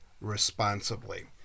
responsibly